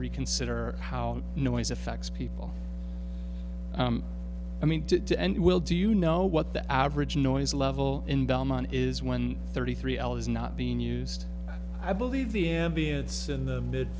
reconsider how noise affects people i mean to end will do you know what the average noise level in belmont is when thirty three l is not being used i believe the ambiance in the mid